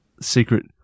secret